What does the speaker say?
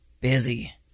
busy